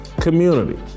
community